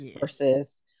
Versus